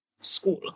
school